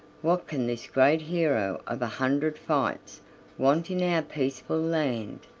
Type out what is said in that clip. what can this great hero of a hundred fights want in our peaceful land?